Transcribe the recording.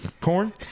corn